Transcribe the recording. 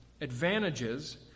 advantages